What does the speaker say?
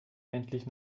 endlich